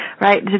right